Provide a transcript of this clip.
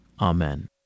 Amen